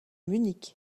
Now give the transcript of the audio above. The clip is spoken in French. munich